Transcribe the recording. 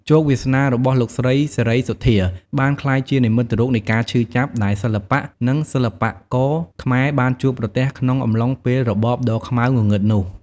ជោគវាសនារបស់លោកស្រី សេរីសុទ្ធា បានក្លាយជា និមិត្តរូបនៃការឈឺចាប់ ដែលសិល្បៈ និងសិល្បករខ្មែរបានជួបប្រទះក្នុងអំឡុងពេលរបបដ៏ខ្មៅងងឹតនោះ។